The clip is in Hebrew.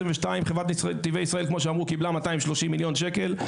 2022. חברת נתיבי ישראל קיבלה 230 מיליון שקל,